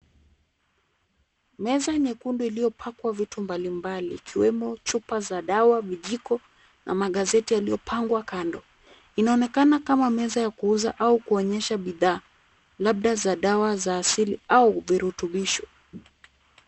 Meza nyekundu iliyopakwa vitu mbalimbali ikiwemo chupa za dawa, vijiko na magazeti yaliyopangwa kando. Inaonekana kama meza ya kuuza au kuonyesha bidhaa labda za dawa za asili au virutubisho.